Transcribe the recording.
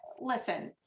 listen